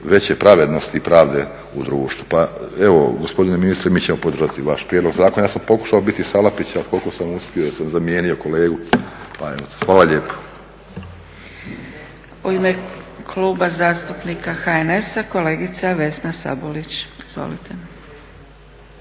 veće pravednosti i pravde u društvu. Pa evo, gospodine ministre mi ćemo podržati vaš prijedlog zakona. Ja sam pokušao biti Salapić, ali koliko sam uspio, jesam zamijenio kolegu. Pa evo, hvala lijepo. **Zgrebec, Dragica (SDP)** U ime Kluba zastupnika HNS-a, kolegica Vesna Sabolić. Izvolite.